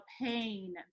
pain